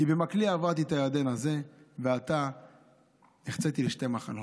כי במקלי עברתי את הירדן הזה ועתה נחציתי לשני מחנות.